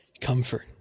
comfort